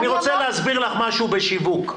אני רוצה להסביר לך משהו בשיווק.